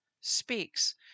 speaks